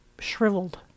shriveled